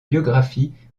biographie